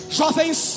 jovens